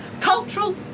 Cultural